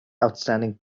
outstanding